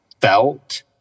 felt